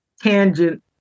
tangent